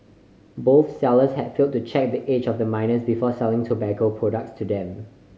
both sellers had failed to check the age of the minors before selling tobacco products to them